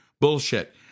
Bullshit